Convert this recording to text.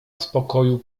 spokoju